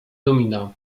domina